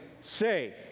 say